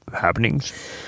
happenings